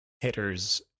hitters